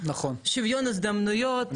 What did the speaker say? שוויון הזדמנויות,